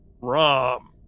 Rom